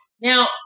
now